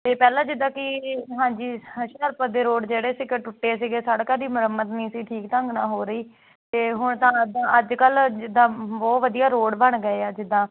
ਅਤੇ ਪਹਿਲਾਂ ਜਿੱਦਾਂ ਕਿ ਹਾਂਜੀ ਹੁਸ਼ਿਆਰਪੁਰ ਦੇ ਰੋਡ ਜਿਹੜੇ ਸੀਗੇ ਟੁੱਟੇ ਸੀਗੇ ਸੜਕਾਂ ਦੀ ਮੁਰੰਮਤ ਨਹੀਂ ਸੀ ਠੀਕ ਢੰਗ ਨਾਲ ਹੋ ਰਹੀ ਅਤੇ ਹੁਣ ਤਾਂ ਇੱਦਾਂ ਅੱਜ ਕੱਲ੍ਹ ਜਿੱਦਾਂ ਬਹੁਤ ਵਧੀਆ ਰੋਡ ਬਣ ਗਏ ਆ ਜਿੱਦਾਂ